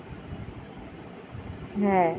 হ্যাঁ